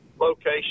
location